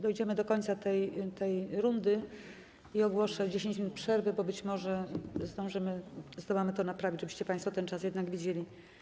Dojdziemy do końca tej rundy i ogłoszę 10 minut przerwy, bo być może zdążymy, zdołamy to naprawić, żebyście państwo ten czas jednak widzieli.